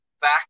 back